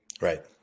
Right